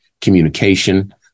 communication